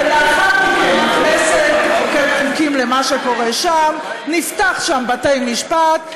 ולאחר מכן הכנסת תחוקק חוקים למה שקורה שם: נפתח שם בתי-משפט,